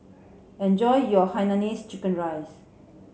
enjoy your Hainanese chicken rice